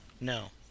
No